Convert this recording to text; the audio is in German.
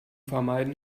vermeiden